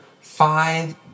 Five